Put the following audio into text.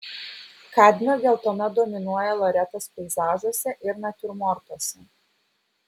kadmio geltona dominuoja loretos peizažuose ir natiurmortuose